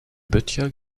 böttcher